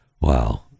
Wow